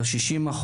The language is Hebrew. על ה-60%,